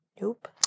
Nope